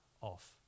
off